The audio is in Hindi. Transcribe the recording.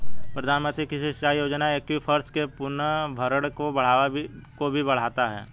प्रधानमंत्री कृषि सिंचाई योजना एक्वीफर्स के पुनर्भरण को भी बढ़ाता है